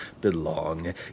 belong